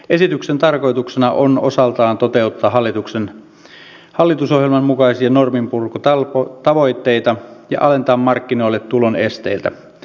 esityksen tarkoituksena on osaltaan toteuttaa hallitusohjelman mukaisia norminpurkutavoitteita ja alentaa markkinoille tulon esteitä